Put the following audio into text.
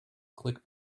click